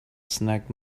snagged